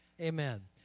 amen